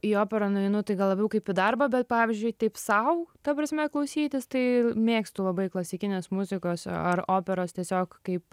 į operą nueinu tai gal labiau kaip į darbą bet pavyzdžiui taip sau ta prasme klausytis tai mėgstu labai klasikinės muzikos ar operos tiesiog kaip